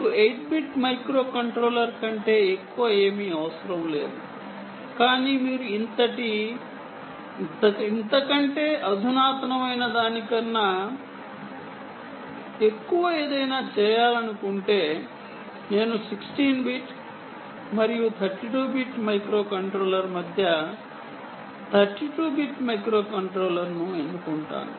మీకు 8 bit microcontroller కంటే ఎక్కువ ఏమీ అవసరం లేదు కానీ మీరు ఇంతకంటే అధునాతనమైనదానికన్నా ఎక్కువ ఏదైనా చేయాలనుకుంటే నేను 16 బిట్ మరియు 32 బిట్ మైక్రోకంట్రోలర్ మధ్య 32 బిట్ మైక్రోకంట్రోలర్ను ఎన్నుకుంటాను